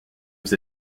was